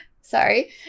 Sorry